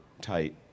tight